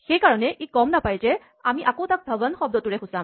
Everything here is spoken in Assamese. সেইকাৰণে ই গম নাপায় যে আমি আকৌ তাক ধৱন শব্দটোৰে সূচাম